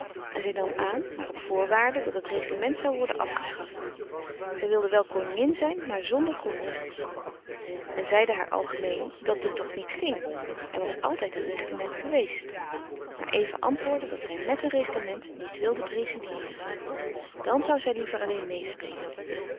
en zij nam aan maar op voorwaarde dat het reglement zoû worden afgeschaft zij wilde wel koningin zijn maar zonder grondwet men zeide haar algemeen dat dit toch niet ging er was altijd een reglement geweest maar eva antwoordde dat zij met een reglement niet wilde prezideeren dan zoû zij liever alleen meêspelen